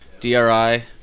Dri